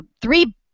three